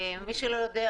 מי שלא יודע,